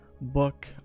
book